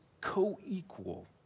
co-equal